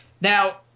Now